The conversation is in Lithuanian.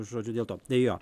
žodžiu dėl to jo